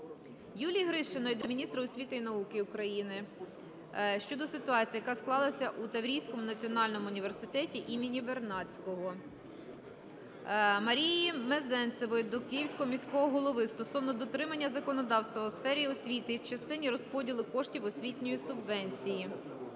Юлії Гришиної до міністра освіти і науки України щодо ситуації, яка склалась у Таврійському національному університеті імені Вернадського. Марії Мезенцевої до Київського міського голови стосовно дотримання законодавства у сфері освіти в частині розподілу коштів освітньої субвенції.